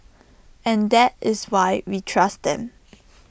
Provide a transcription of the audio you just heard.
and that is why we trust them